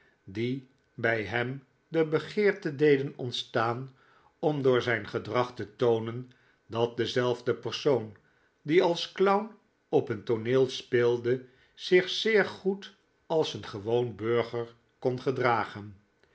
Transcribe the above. die bij hem de begeerte deden ontstaan om door zijn gedrag te toonen dat dezelfde persoon die als clown op een tooneel speelde zich zeer goed als een gewoon burger kon gedragen